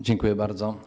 Dziękuję bardzo.